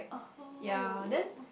oh